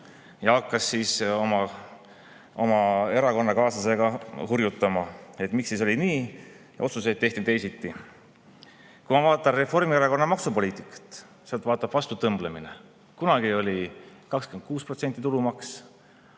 ja hakkas oma erakonnakaaslast hurjutama, et miks siis oli nii, miks otsuseid tehti teisiti. Kui ma vaatan Reformierakonna maksupoliitikat, sealt vaatab vastu tõmblemine. Kunagi oli tulumaks